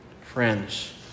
Friends